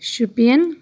Shopian